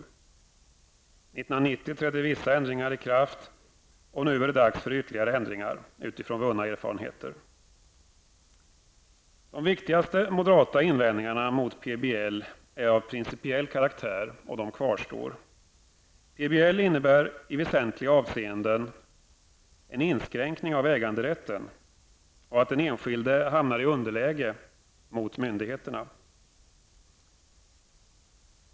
1990 trädde vissa ändringar i kraft, och nu är det dags för ytterligare ändringar utifrån vunna erfarenheter. De viktigaste moderata invändningarna mot PBL är av principiell karaktär, och de kvarstår. PBL innebär i väsentliga avseenden en inskränkning av äganderätten och att den enskilde hamnar i underläge gentemot myndigheterna.